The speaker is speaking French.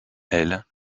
elle